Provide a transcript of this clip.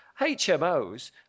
HMOs